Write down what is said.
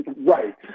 Right